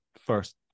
first